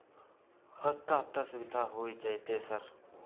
हफ्ता हफ्ता सुविधा होय जयते सर?